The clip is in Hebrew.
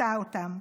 פיצתה אותם.